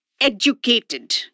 Educated